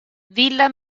villa